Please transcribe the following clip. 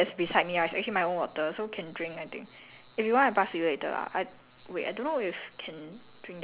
orh I don't know oh oh okay okay ya err the water that's beside me ah is actually my own water so can drink I think